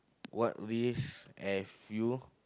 what risk have you